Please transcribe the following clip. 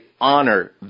honor